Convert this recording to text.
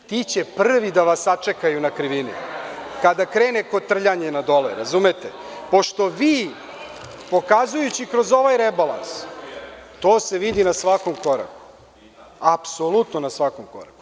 Ti će prvi da vas sačekaju na krivini, kada krene kotrljanje na dole, pošto vi, pokazujući kroz ovaj rebalans, to se vidi na svakom koraku, apsolutno na svakom koraku.